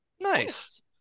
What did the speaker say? Nice